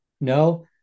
no